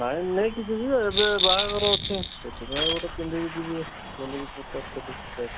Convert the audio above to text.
ନାଇଁ ନେଇକି ଯିବି ଏବେ ବାହାଘର ଅଛି ସେଥିପାଇଁ ଗୋଟେ ପିନ୍ଧିକି ଯିବି ବୋଲିକି ପଚାରୁଥିଲି ରେଟ୍